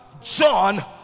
John